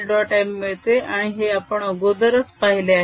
m मिळते आणि हे आपण अगोदरच पाहिले आहे